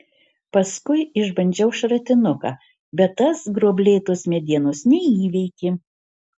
paskui išbandžiau šratinuką bet tas gruoblėtos medienos neįveikė